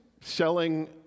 selling